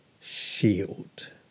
shield